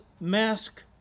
mask